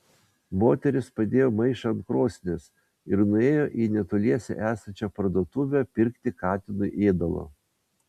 moteris padėjo maišą ant krosnies ir nuėjo į netoliese esančią parduotuvę pirkti katinui ėdalo